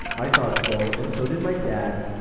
i thought so. and so did my dad.